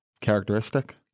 characteristic